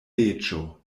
leĝo